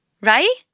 right